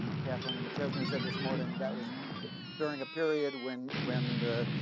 kathleen mcchesney said this morning, that was during a period when when the